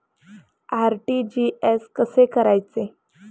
RTGS कसे करायचे?